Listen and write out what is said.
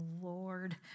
Lord